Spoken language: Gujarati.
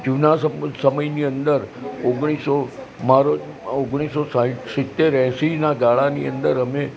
જૂના સમયની અંદર ઓગણીસો મારું ઓગણીસો સાહીઠ સિત્તેર એંશીના ગાળાની અંદર અમે